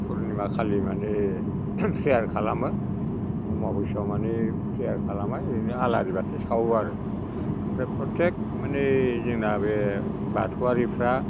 फुर्निमा खालि माने फ्रेयार खालामो अमाबैसायाव माने फ्रेयार खालामा ओरैनो आलारि बाथि सावो आरो ओमफ्राय फ्रतेक मानि जोंना माने बे बाथौआरिफ्रा